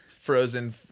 frozen